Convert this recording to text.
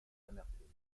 amertume